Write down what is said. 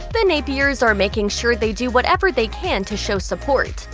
the napiers are making sure they do whatever they can to show support.